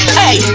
hey